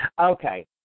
Okay